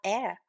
Air